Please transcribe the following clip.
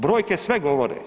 Brojke sve govore.